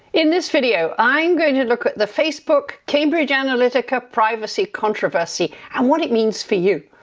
in this video, i'm going to look at the facebook, cambridge analytica, privacy controversy and what it means for you.